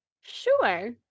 Sure